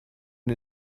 und